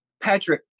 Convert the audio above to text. Patrick